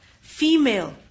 female